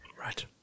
Right